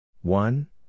one